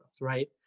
right